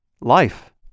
life